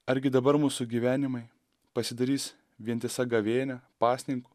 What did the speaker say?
argi dabar mūsų gyvenimai pasidarys vientisa gavėnia pasninko